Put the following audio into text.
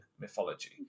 mythology